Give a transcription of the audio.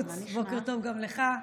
בוקר טוב גם לך.